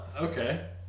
okay